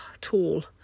tall